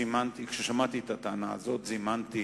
כששמעתי את הטענה הזאת זימנתי